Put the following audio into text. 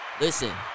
listen